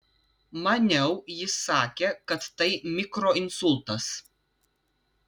maniau jis sakė kad tai mikroinsultas